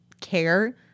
care